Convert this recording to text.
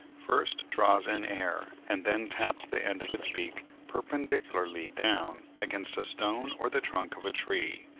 first draws in air, and then taps the end of its beak perpendicularly down against a stone or the trunk of a tree,